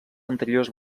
anteriors